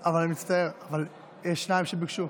מצטער, יש שניים שביקשו.